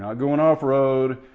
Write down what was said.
um going off road.